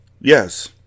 Yes